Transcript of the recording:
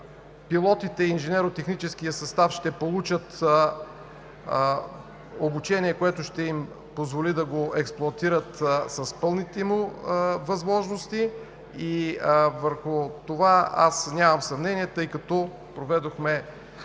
Пилотите и инженерно-техническият състав ще получат обучение, което ще им позволи да го експлоатират с пълните му възможности, и върху това нямам съмнение, тъй като проведохме конкретни